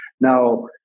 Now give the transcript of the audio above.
Now